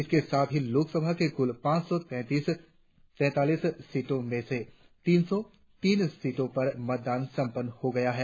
इसके साथ ही लोकसभा की कुल पांच सौ तैंतालीस सीटों में से तीन सौ तीन सीटों पर मतदान संपन्न हो गया है